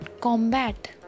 combat